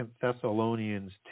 Thessalonians